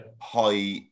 high